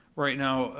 right, now,